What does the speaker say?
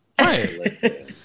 Right